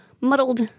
muddled